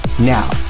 Now